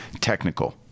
technical